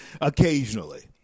occasionally